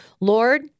Lord